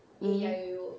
mmhmm